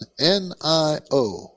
NIO